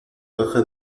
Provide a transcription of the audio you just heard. baja